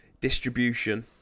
distribution